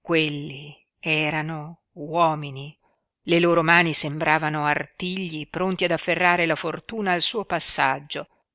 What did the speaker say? quelli erano uomini le loro mani sembravano artigli pronti ad afferrare la fortuna al suo passaggio